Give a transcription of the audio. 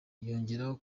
yongeraho